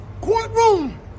courtroom